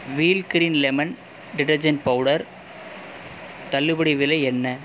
wheel green lemon detergent powder தள்ளுபடி விலை என்ன